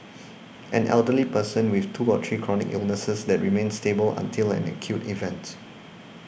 an elderly person with two to three chronic illnesses that remain stable until an acute event